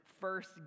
first